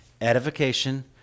edification